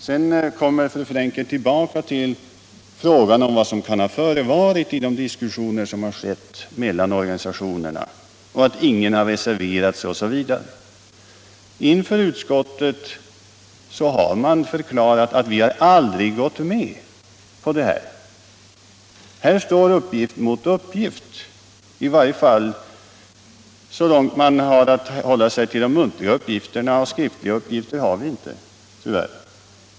Sedan kommer fru Frenkel tillbaka till frågan om vad som kan ha förevarit i de diskussioner som har ägt rum mellan organisationerna, att ingen har reserverat sig osv. Inför utskottet har man förklarat att ”vi har aldrig gått med på detta”. Här står alltså uppgift mot uppgift, i varje fall så långt vi kan bedöma efter de muntliga uppgifterna — några skriftliga har vi tyvärr inte.